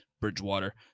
Bridgewater